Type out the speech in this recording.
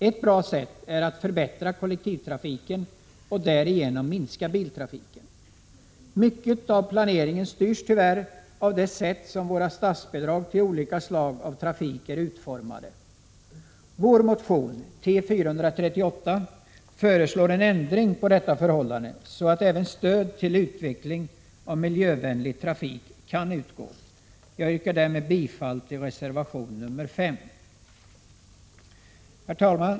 Ett bra sätt är att förbättra kollektivtrafiken och därigenom minska biltrafiken. Mycket av planeringen styrs tyvärr av hur våra statsbidrag till olika slag av trafik är utformade. Vår motion T438 föreslår en ändring av förhållandena så att stöd även kan utgå till utveckling av miljövänlig trafik. Jag yrkar därmed bifall till reservation 5. Herr talman!